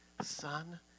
son